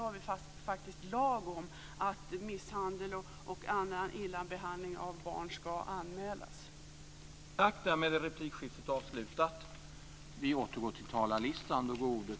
Att misshandel och annan dålig behandling av barn ska anmälas har vi faktiskt en lag om.